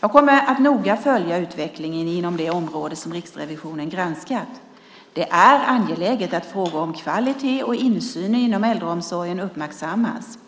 Jag kommer att noga följa utvecklingen inom det område som Riksrevisionen granskat. Det är angeläget att frågor om kvalitet och insyn inom äldreomsorgen uppmärksammas.